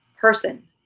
person